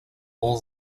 all